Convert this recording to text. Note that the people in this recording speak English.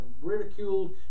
ridiculed